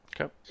Okay